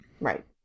Right